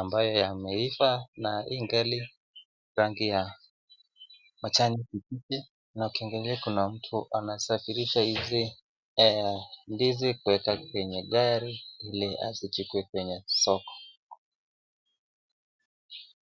ambayo yameiva, na ingali rangi ya majani kibichi na kuna mtu anasafirisha hizi ndizi kuweka kwenye gari ili zichukuwe kwenye soko.